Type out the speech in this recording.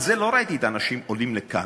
על זה לא ראיתי את האנשים עולים לכאן,